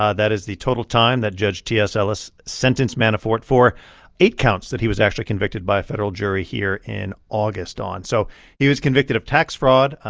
ah that is the total time that judge t s. ellis sentenced manafort for eight counts that he was actually convicted by a federal jury here in august on. so he was convicted of tax fraud,